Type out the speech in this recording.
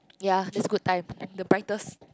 ya this good time the brightest